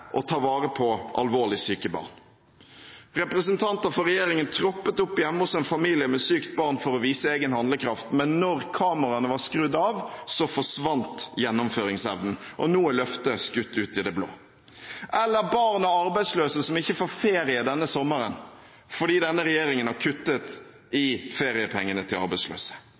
og tar vare på alvorlig syke barn. Representanter for regjeringen troppet opp hjemme hos en familie med sykt barn for å vise egen handlekraft, men da kameraene var skrudd av, forsvant gjennomføringsevnen, og nå er løftet skutt ut i det blå. Det gjelder også barn av arbeidsløse som ikke får ferie denne sommeren, fordi denne regjeringen har kuttet i feriepengene til arbeidsløse,